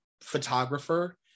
photographer